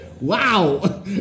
Wow